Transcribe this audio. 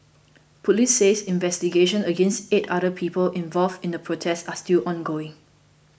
police says investigations against eight other people involved in the protest are still ongoing